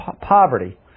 poverty